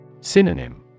Synonym